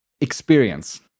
experience